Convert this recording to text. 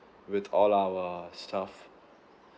with all our stuff